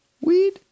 weed